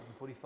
145